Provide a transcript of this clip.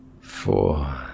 four